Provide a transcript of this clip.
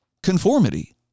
Conformity